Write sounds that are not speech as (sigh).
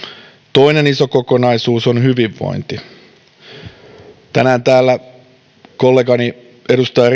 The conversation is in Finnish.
toinen iso kokonaisuus on hyvinvointi tänään täällä kolleganikin edustaja (unintelligible)